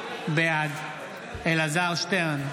בעד אלעזר שטרן,